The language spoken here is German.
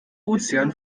ozean